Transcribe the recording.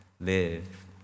live